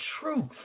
truth